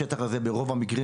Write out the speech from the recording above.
יש חוסר מהותי ומשמעותי